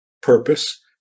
purpose